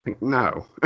No